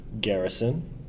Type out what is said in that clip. Garrison